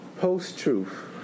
post-truth